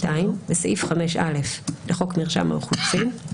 (2)בסעיף 5א לחוק מרשם האוכלוסין,